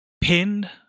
pinned